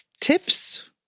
tips